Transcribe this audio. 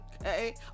Okay